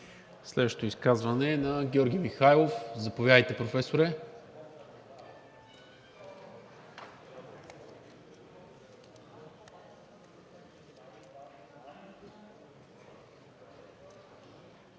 Следващото изказване е на Георги Михайлов. Заповядайте, Професоре.